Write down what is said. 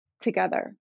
together